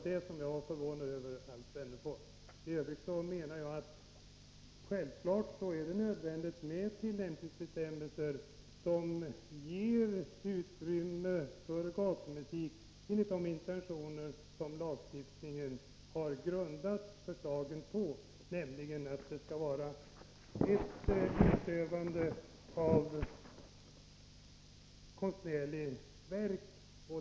Det var det jag var förvånad över, Alf Wennerfors. I övrigt menar jag att det självfallet är nödvändigt med tillämpningsbestämmelser som ger utrymme för gatumusik enligt de intentioner som ligger till grund för lagstiftningen. Det skall vara fråga om uppförande av konstnärligt verk.